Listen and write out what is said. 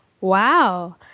Wow